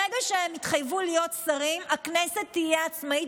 ברגע שהם יתחייבו להיות שרים הכנסת תהיה עצמאית